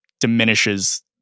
diminishes